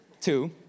Two